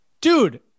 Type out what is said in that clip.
dude